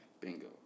Bingo